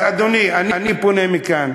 אז, אדוני, אני פונה מכאן